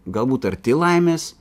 galbūt arti laimės